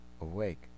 Awake